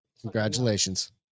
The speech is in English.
Congratulations